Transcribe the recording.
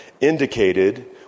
indicated